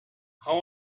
how